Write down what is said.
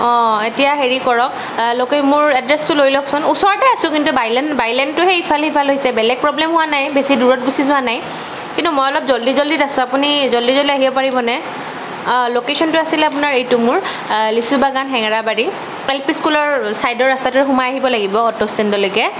অঁ এতিয়া হেৰি কৰক লোকে মোৰ এড্ৰেছটো লৈ লওকচোন ওচৰতে আছোঁ কিন্তু বাইলেন বাইলেনটোহে ইফাল সিফাল হৈছে বেলেগ প্ৰব্লেম হোৱা নাই বেছি দূৰত গুছি যোৱা নাই কিন্তু মই অলপ জল্ডি জল্ডিত আছো আপুনি জল্ডি জল্ডি আহিব পাৰিবনে লোকেচনটো আছিলে আপোনাৰ এইটো মোৰ লিচুবাগান হেঙেৰাবাৰী এল পি স্কুলৰ ছাইডৰ ৰাষ্টাটোৰে সোমাই আহিব লাগিব অট'ষ্টেণ্ডলৈকে